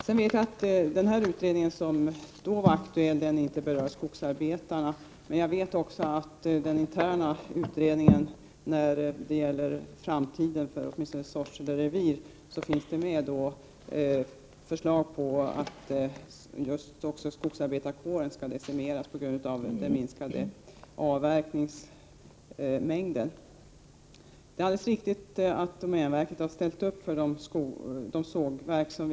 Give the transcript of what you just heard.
Jag vet att den utredning som tidigare var aktuell inte berör skogsarbetarna, men jag vet också att det i den interna utredningen om framtiden för åtminstone Sorsele revir har lagts fram förslag om att skogsarbetarkåren skall decimeras på grund av den minskade avverkningsmängden. Det är alldeles riktigt att domänverket har ställt upp för sågverken.